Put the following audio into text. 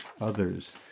others